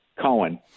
Cohen